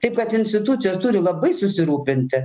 taip kad institucijos turi labai susirūpinti